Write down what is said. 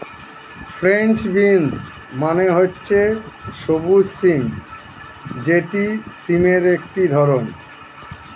French beans মানে হচ্ছে সবুজ সিম যেটি সিমের একটি ধরণ